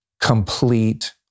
complete